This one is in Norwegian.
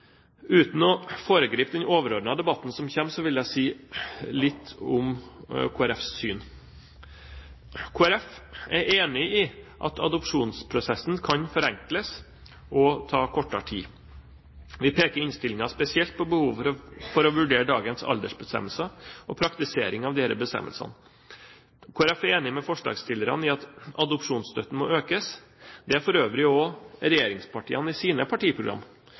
Uten å foregripe den overordnede debatten som kommer, vil jeg si litt om Kristelig Folkepartis syn. Kristelig Folkeparti er enig i at adopsjonsprosessen kan forenkles og ta kortere tid. Vi peker i innstillingen spesielt på behovet for å vurdere dagens aldersbestemmelser og praktiseringen av disse bestemmelsene. Kristelig Folkeparti er enig med forslagsstillerne i at adopsjonsstøtten må økes. Det er for øvrig også regjeringspartiene i sine partiprogram,